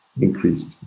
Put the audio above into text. increased